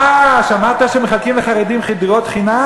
אה, שמעת שמחלקים לחרדים דירות חינם.